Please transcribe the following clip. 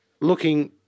looking